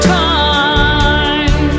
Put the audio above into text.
time